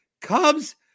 Cubs